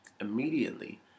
immediately